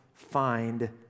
find